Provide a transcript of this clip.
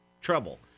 trouble